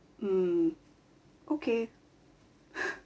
mm okay